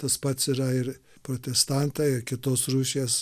tas pats yra ir protestantai ir kitos rūšies